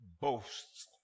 boasts